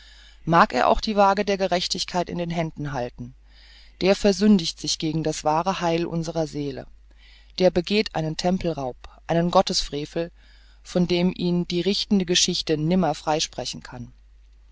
mag er auch die wage der gerechtigkeit in den händen halten der versündigt sich gegen das wahre heil unserer seele der begeht einen tempelraub einen gottesfrevel von dem ihn die richtende geschichte nimmer freisprechen kann